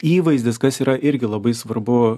įvaizdis kas yra irgi labai svarbu